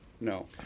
No